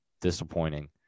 disappointing